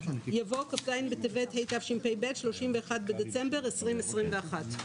יבוא "כ"ז בטבת התשפ"ב (31 בדצמבר 2021)"."